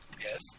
Yes